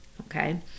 Okay